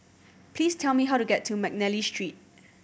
please tell me how to get to McNally Street